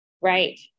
right